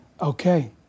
Okay